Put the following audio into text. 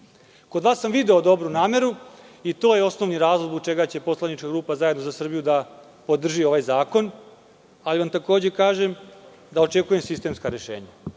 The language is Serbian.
Kod vas sam video dobru nameru i to je osnovni razlog zbog čega će poslanička grupa ZZS da podrži ovaj zakon, ali vam takođe kažem da očekujem sistemska rešenja.